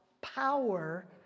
power